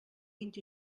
vint